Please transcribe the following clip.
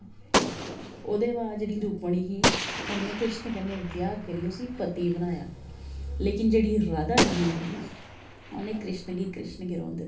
ओह्दे बाद च रुक्मणी ही उ'न्ने कृष्ण कन्नै ब्याह करियै उसी पति बनाया लेकिन जेह्ड़ी राधा रानी ही उ'न्ने कृष्ण गी कृष्ण गै रौह्न दित्ता